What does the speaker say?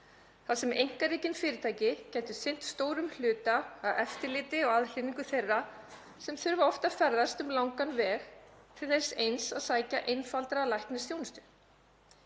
þar sem einkarekin fyrirtæki gætu sinnt stórum hluta af eftirliti og aðhlynningu þeirra sem þurfa oft að ferðast um langan veg til þess eins að sækja einfalda læknisþjónustu.